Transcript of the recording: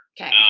Okay